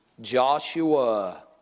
Joshua